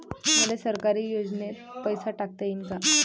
मले सरकारी योजतेन पैसा टाकता येईन काय?